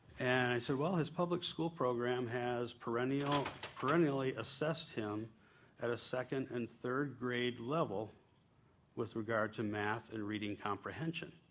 and i said, well, his public school program has perennially perennially assessed him at a second and third grade level with regard to math and reading comprehension.